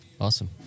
Awesome